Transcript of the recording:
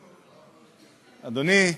אדוני,